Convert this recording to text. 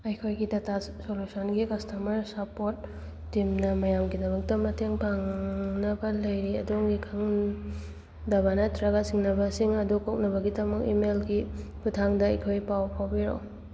ꯑꯩꯈꯣꯏꯒꯤ ꯗꯇꯥ ꯁꯣꯂꯨꯁꯟꯒꯤ customer support ꯇꯤꯝꯅ ꯃꯌꯥꯝꯒꯤꯗꯃꯛꯇ ꯃꯇꯦꯡ ꯄꯥꯡꯅꯕ ꯂꯩꯔꯤ ꯑꯗꯣꯝꯒꯤ ꯈꯪꯗꯕ ꯅꯠꯇ꯭ꯔꯒ ꯆꯤꯡꯅꯕꯁꯤꯡ ꯑꯗꯨ ꯀꯣꯛꯅꯕꯒꯤꯗꯃꯛ ꯏꯃꯦꯜꯒꯤ ꯈꯨꯠꯊꯥꯡꯗ ꯑꯩꯈꯣꯏ ꯄꯥꯎ ꯐꯥꯎꯕꯤꯔꯛꯎ